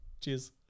Cheers